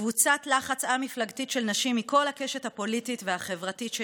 קבוצת לחץ א-מפלגתית של נשים מכל הקשת הפוליטית והחברתית של